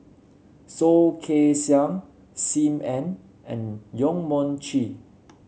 Soh Kay Siang Sim Ann and Yong Mun Chee